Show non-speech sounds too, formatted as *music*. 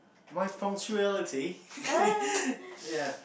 my punctuality *laughs* ya